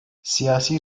siyasi